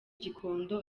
gikondo